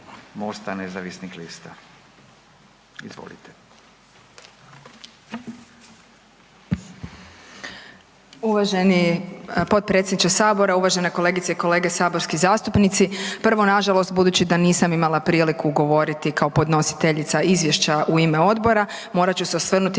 Marija (Nezavisni)** Uvaženi podpredsjedniče Sabora, uvažene kolegice i kolege saborski zastupnici. Prvo, nažalost budući da nisam imala priliku govoriti kao podnositeljica Izvješća u ime Odbora morat ću se osvrnuti